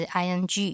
ing